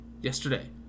yesterday